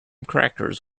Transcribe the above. crackers